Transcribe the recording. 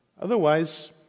Otherwise